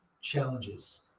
challenges